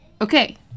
Okay